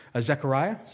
Zechariah